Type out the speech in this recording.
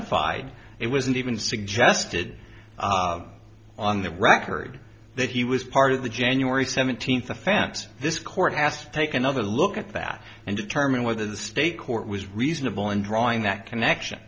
of fide it wasn't even suggested on the record that he was part of the january seventeenth offense this court asked take another look at that and determine whether the state court was reasonable in drawing that connection